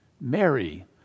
Mary